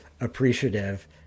appreciative